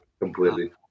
completely